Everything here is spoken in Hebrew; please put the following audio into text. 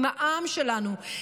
עם העם שלנו,